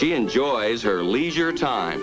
she enjoys her leisure time